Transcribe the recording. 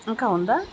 ఇంకా ఉందా